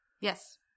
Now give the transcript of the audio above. Yes